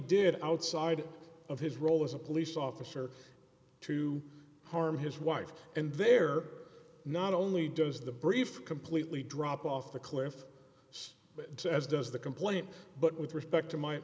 did outside of his role as a police officer to harm his wife and their not only does the brief completely drop off the cliff but it's as does the complaint but with respect to my